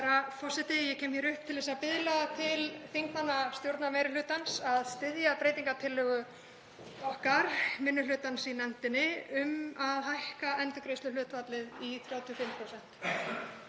Herra forseti. Ég kem hér upp til að biðla til þingmanna stjórnarmeirihlutans að styðja breytingartillögu okkar minni hlutans í nefndinni um að hækka endurgreiðsluhlutfallið í 35%.